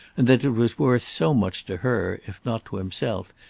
and that it was worth so much to her, if not to himself,